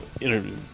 Interview